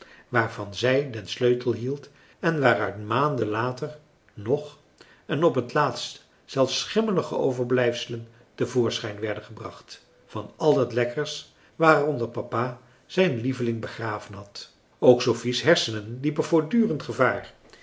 waarvan zij den sleutel hield en waaruit maanden later nog en op het laatst zelfs schimmelige overblijfselen te voorschijn werden gebracht van al het lekkers waaronder papa zijn lieveling begraven had ook sophie's hersenen liepen voortdurend gevaar